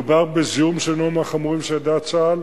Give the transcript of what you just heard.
כמו כן האמירה שמדובר בזיהום ש"הינו מהחמורים שידע צה"ל"